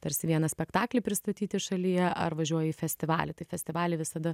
tarsi vieną spektaklį pristatyti šalyje ar važiuoji į festivalį tai festivaly visada